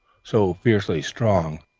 so fiercely strong,